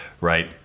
Right